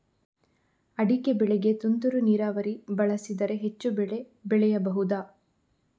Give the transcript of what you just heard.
ಅಡಿಕೆ ಬೆಳೆಗೆ ತುಂತುರು ನೀರಾವರಿ ಬಳಸಿದರೆ ಹೆಚ್ಚು ಬೆಳೆ ಬೆಳೆಯಬಹುದಾ?